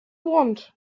want